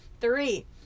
Three